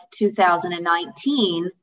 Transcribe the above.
2019